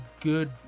good